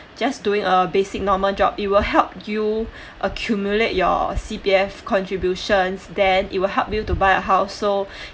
just doing a basis normal job it will help you accumulate your C_P_F contribution then it will help you to buy a house so